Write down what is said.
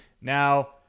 Now